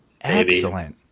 Excellent